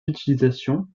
utilisations